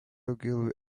ogilvy